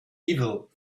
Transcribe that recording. evil